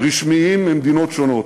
רשמיים ממדינות שונות.